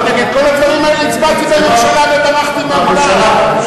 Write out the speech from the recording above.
כל הדברים האלה הצבעתי בממשלה, וברחתי מהאולם.